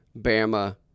Bama